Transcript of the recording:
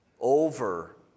over